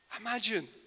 Imagine